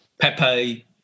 Pepe